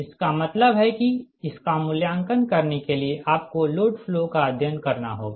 इसका मतलब है कि इसका मूल्यांकन करने के लिए आपको लोड फ्लो का अध्ययन करना होगा